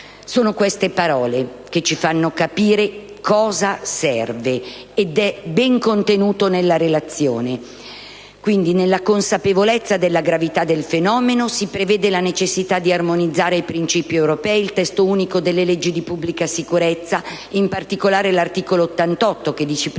Sono queste parole che ci fanno capire cosa serve ed è ben contenuto nella relazione. Nella consapevolezza della gravità del fenomeno, si prevede la necessità di armonizzare ai principi europei il Testo unico delle leggi di pubblica sicurezza, in particolare l'articolo 88 che disciplina